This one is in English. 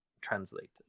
translated